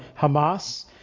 Hamas